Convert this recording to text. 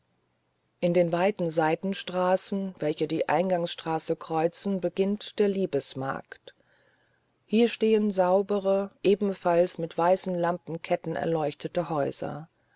in den weiten seitenstraßen welche die eingangsstraße kreuzen beginnt der liebesmarkt hier stehen saubere ebenfalls mit weißen lampenketten erleuchtete häuser